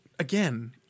Again